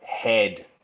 head